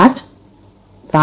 FASTA Clustal